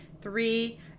three